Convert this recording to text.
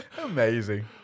Amazing